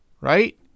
Right